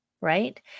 right